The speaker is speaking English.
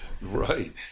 Right